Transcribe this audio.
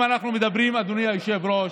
אם אנחנו מדברים, אדוני היושב-ראש,